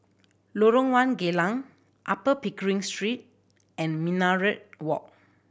Lorong One Geylang Upper Pickering Street and Minaret Walk